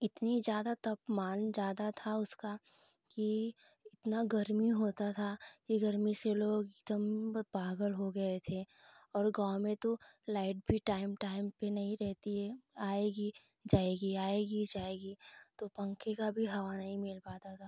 इतनी ज़्यादा तापमान ज़्यादा था उसका कि इतना गर्मी होता था कि गर्मी से लोग एकदम पागल हो गए थे और गाँव में तो लाइट भी टाइम टाइम पर नही रहती है आएगी जाएगी आएगी जाएगी तो पंखे का भी हवा नही मिल पाता था